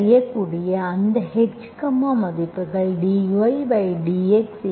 செய்யக்கூடிய அந்த h k மதிப்புகள்dydxa1xb1yc1a2xb2yc2